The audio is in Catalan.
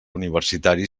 universitari